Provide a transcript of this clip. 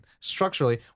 Structurally